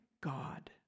God